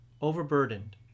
Overburdened